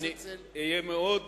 אני אהיה מאוד